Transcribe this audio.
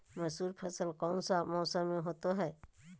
मसूर फसल कौन सा मौसम में होते हैं?